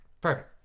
Perfect